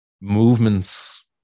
movements